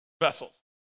vessels